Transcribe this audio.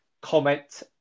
comment